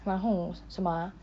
然后什么啊